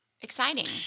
exciting